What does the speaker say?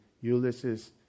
Ulysses